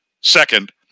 Second